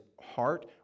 heart